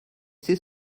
c’est